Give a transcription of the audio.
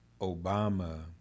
Obama